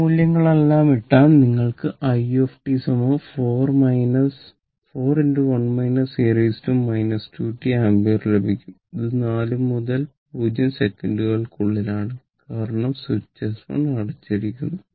ഈ മൂല്യങ്ങളെല്ലാം ഇട്ടാൽ നിങ്ങൾക്ക് i 4 ആമ്പിയർ ലഭിക്കും അത് 0 മുതൽ 4 സെക്കന്റുകൾക്കുള്ളിലാണ് കാരണം സ്വിച്ച് S1 അടച്ചിരിക്കുന്നു